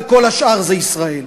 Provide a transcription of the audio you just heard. וכל השאר זה ישראל.